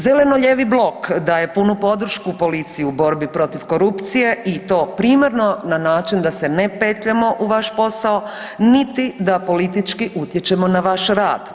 Zeleno-lijevi blok daje punu podršku policiji u borbi protiv korupcije i to primarno na način da se ne petljamo u vaš posao niti da politički utječemo na vaš rad.